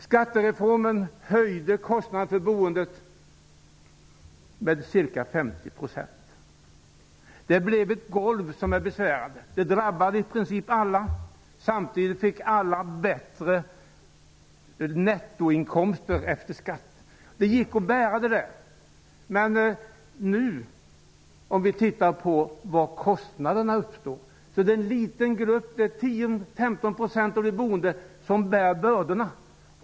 Skattereformen ledde till att kostnaderna för boendet ökade med ca 50 %. Det blev ett besvärande ''golv'' som drabbade i princip alla. Samtidigt fick alla bättre nettoinkomster efter skatt. Det gick att bära dessa kostnader. Men låt oss titta på var kostnaderna uppstår nu. Det är en liten grupp på 10--15 % av de boende som bär bördorna.